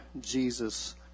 Jesus